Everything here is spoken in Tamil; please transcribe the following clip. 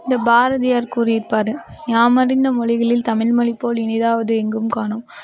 இந்த பாரதியார் கூறியிருப்பாரு யாமறிந்த மொழிகளில் தமிழ் மொழி போல் இனிதாவது எங்கும் காணோம்